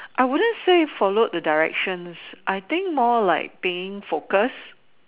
I wouldn't say followed the directions I think more like being focused